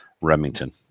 Remington